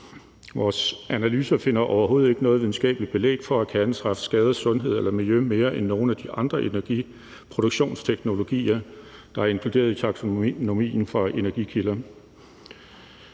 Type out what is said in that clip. Vores analyser finder overhovedet ikke noget videnskabeligt belæg for, at kernekraft skader sundhed eller miljø mere end nogle af de andre energiproduktionsteknologier, der er inkluderet i taksonomien for energikilder.